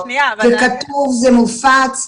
זה כתוב, זה מופץ,